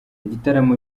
gitaramo